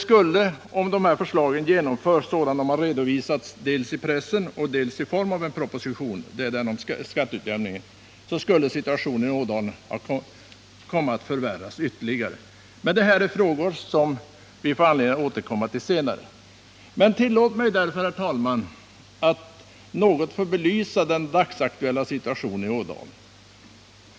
Skulle dessa förslag genomföras sådana de redovisats i pressen — och vad gäller skatteutjämningen har vi ju även kunnat läsa propositionen — kommer situationen i Ådalen att förvärras ytterligare. Men det är frågor som vi får anledning att återkomma till senare. Tillåt mig, herr talman, att något belysa den dagsaktuella situationen i Ådalen.